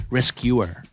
Rescuer